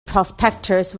prospectors